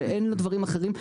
שאין לו דברים אחרים,